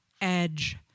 edge